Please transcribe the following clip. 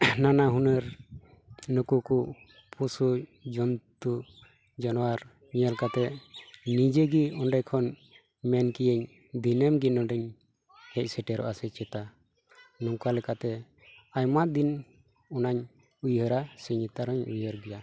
ᱱᱟᱱᱟ ᱦᱩᱱᱟᱹᱨ ᱱᱩᱠᱩ ᱠᱚ ᱯᱚᱥᱩ ᱡᱚᱱᱛᱩ ᱡᱟᱱᱣᱟᱨ ᱧᱮᱞ ᱠᱟᱛᱮᱫ ᱱᱤᱡᱮ ᱜᱮ ᱚᱸᱰᱮ ᱠᱷᱚᱱ ᱢᱮᱱ ᱠᱤᱭᱟᱹᱧ ᱫᱤᱱᱟᱹᱢ ᱜᱮ ᱱᱚᱰᱮᱧ ᱦᱮᱡ ᱥᱮᱴᱮᱨᱚᱜᱼᱟ ᱥᱮ ᱪᱮᱛᱟ ᱱᱚᱝᱠᱟ ᱞᱮᱠᱟᱛᱮ ᱟᱭᱢᱟ ᱫᱤᱱ ᱚᱱᱟᱧ ᱩᱭᱦᱟᱹᱨᱟ ᱥᱮ ᱧᱮᱛᱟᱨ ᱦᱚᱧ ᱩᱭᱦᱟᱹᱨ ᱜᱮᱭᱟ